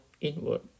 inward